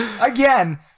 Again